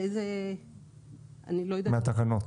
התקנות